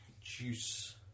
juice